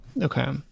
Okay